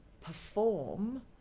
perform